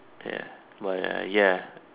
ya but err ya